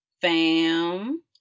Fam